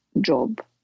job